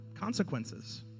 consequences